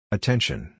Attention